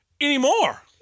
anymore